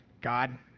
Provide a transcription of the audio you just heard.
God